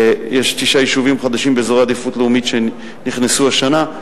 יש תשעה יישובים חדשים באזורי עדיפות לאומית שנכנסו השנה,